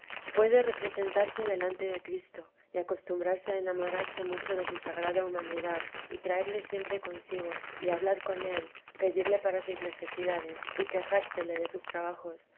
puede representarse delante de cristo y acostumbrarse a enamorarse mucho de su sagrada humanidad y traerle siempre consigo y hablar con él pedirle para sus necesidades y quejársele de sus trabajos